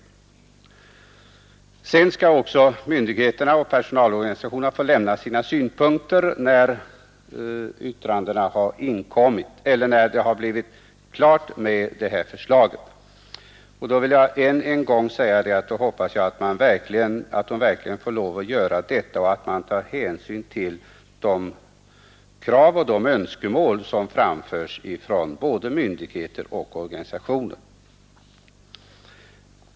När förslaget har blivit klart skall också myndigheterna och personalorganisationerna få lämna sina synpunkter, sade finansministern. Jag vill än en gång säga att jag hoppas att det då verkligen tas hänsyn till de krav och önskemål som framförs från såväl myndigheter som organisationer.